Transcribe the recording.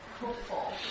hopeful